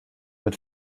mit